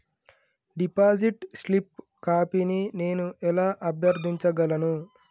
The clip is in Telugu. డిపాజిట్ స్లిప్ కాపీని నేను ఎలా అభ్యర్థించగలను?